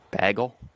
Bagel